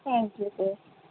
thank you sir